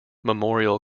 memorial